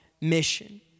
mission